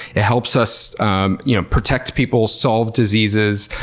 it helps us um you know protect people, solve diseases,